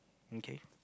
okay